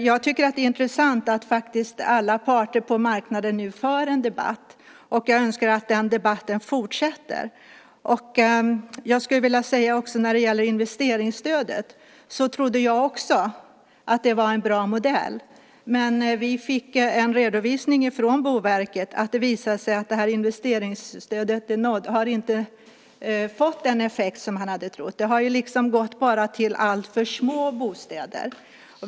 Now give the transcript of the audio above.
Jag tycker att det är intressant att alla parter på marknaden nu för en debatt. Jag önskar att den debatten fortsätter. När det gäller investeringsstödet skulle jag vilja säga att jag också trodde att det var en bra modell. Men vi fick en redovisning från Boverket där det visade sig att det här investeringsstödet inte har fått den effekt som man hade trott. Det har bara gått till alltför små bostäder.